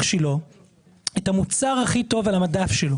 שלו את המוצר הכי טוב על המדף שלו.